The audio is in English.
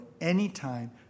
anytime